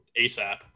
ASAP